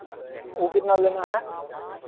वह कितना लेना है